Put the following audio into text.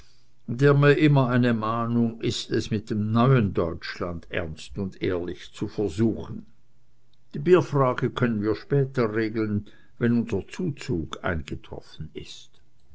der mir immer eine mahnung ist es mit dem neuen deutschland ernst und ehrlich zu versuchen die bierfrage können wir später regeln wenn unser zuzug eingetroffen ist